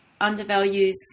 undervalues